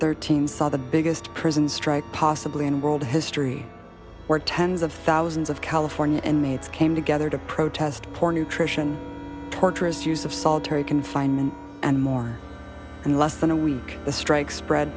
thirteen saw the biggest prison strike possibly in world history where tens of thousands of california and maids came together to protest for nutrition tartarus use of solitary confinement and more in less than a week the strike spread